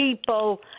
people